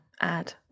add